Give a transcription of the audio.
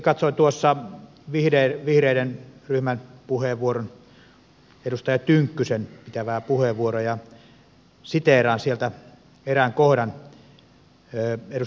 sitten katsoin vihreiden ryhmän puheenvuoroa edustaja tynkkysen pitämää puheenvuoroa ja siteeraan sieltä erään kohdan